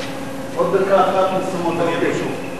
עוד דקה אחת של פרסומות אהיה כאן שוב.